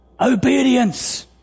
obedience